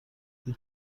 هیچ